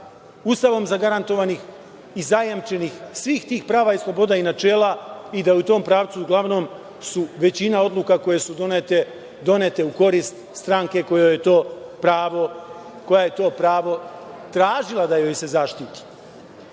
Ustavom zagarantovanih i zajemčenih svih tih prava i sloboda i načela i da u tom pravcu su uglavnom većina odluka koje su donete, donete u korist stranke koja je to pravo tražila da joj se zaštiti. Ovde